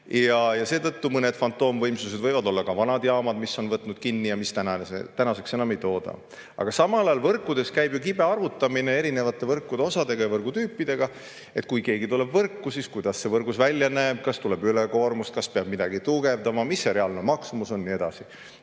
Ja seetõttu mõned fantoomvõimsused võivad olla ka vanad jaamad, mis on [pandud] kinni ja mis täna enam ei tooda. Aga samal ajal käib võrgus kibe arvutamine erinevate võrguosadega ja võrgutüüpidega: kui keegi tuleb võrku, siis kuidas see võrgus välja näeb, kas tuleb ülekoormus, kas peab midagi tugevdama, mis see reaalne maksumus on, ja nii edasi.